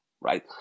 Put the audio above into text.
right